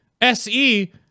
SE